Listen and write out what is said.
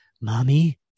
mommy